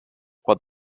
what